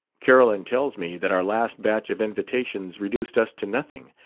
carolyn tells me that our last batch of invitations reduced us to nothing.